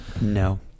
No